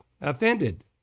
offended